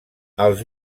els